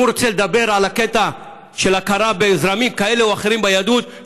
אם הוא רוצה לדבר על הקטע של הכרה בזרמים כאלה או אחרים ביהדות,